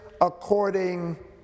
according